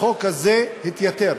החוק הזה התייתר.